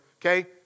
okay